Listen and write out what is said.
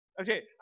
Okay